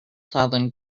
thousand